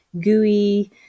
gooey